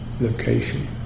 location